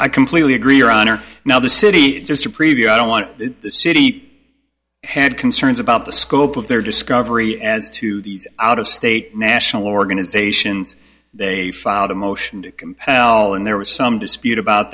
i completely agree your honor now the city just to preview i don't want the city had concerns about the scope of their discovery as to the out of state national organizations they filed a motion to compel and there was some dispute about